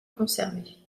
conservés